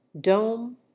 dome